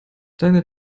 deine